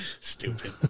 Stupid